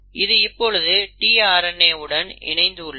இது இப்பொழுது tRNAஉடன் இணைந்து உள்ளது